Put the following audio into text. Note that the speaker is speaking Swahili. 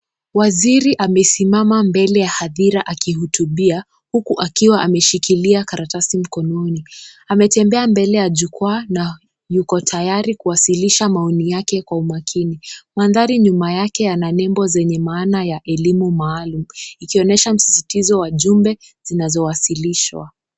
Waziri amesimama mbele ya hadhira wakihutubia huku akiwa ameshikilia karatasi mkononi ametembea mbele ya jukwaa na yuko tayari kuwasilisha maneno kwa hadhira. Mandhari nyuma yake yana nembo zenye maana ya elimu maalum ikionyesha msisitizo wa ujumbe zinazowazilishwa.